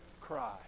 cry